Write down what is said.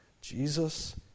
Jesus